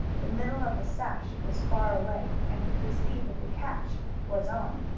the middle of the sash was far away, and he could see that the catch was on.